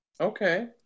Okay